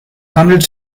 handelt